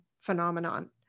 phenomenon